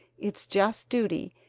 it's just duty,